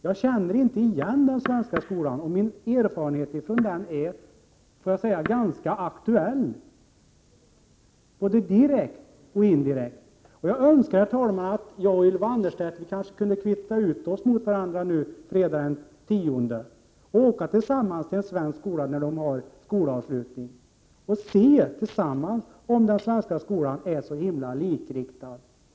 Jag känner inte igen den beskrivningen av den svenska skolan, och min erfarenhet av den är ganska aktuell, både direkt och indirekt. Jag önskar att Ylva Annerstedt och jag kunde kvitta ut oss fredagen den 10 juni och tillsammans åka till en skola där man har skolavslutning, och se om den svenska skolan är så hemskt likriktad.